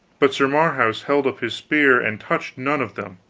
but sir marhaus held up his spear and touched none of them.